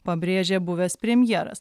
pabrėžė buvęs premjeras